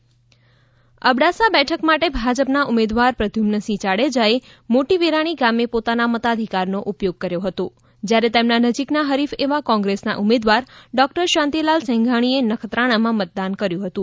ઉમેદવારનું મતદાન અબડાસા બેઠક માટે ભાજપના ઉમેદવાર પ્રદ્યુમનસિંહ જાડેજાએ મોટી વિરાણી ગામે પોતાના મતાધિકારનો ઉપયોગ કર્યો હતો જ્યારે તેમના નજીકના હરીફ એવા કોંગ્રેસના ઉમેદવાર ડોક્ટર શાંતિલાલ સેંઘાણીએ નખત્રાણામાં મતદાન કર્યું હતું